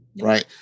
Right